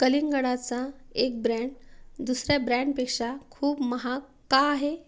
कलिंगडाचा एक ब्रँड दुसऱ्या ब्रँडपेक्षा खूप महाग का आहे